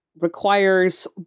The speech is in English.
requires